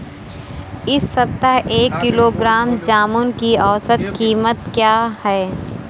इस सप्ताह एक किलोग्राम जामुन की औसत कीमत क्या है?